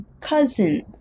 cousin